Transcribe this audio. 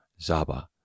Zaba